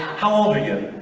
how old are you?